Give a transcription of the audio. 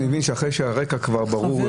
אני מבין שאחרי שהרקע כבר ברור,